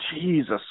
Jesus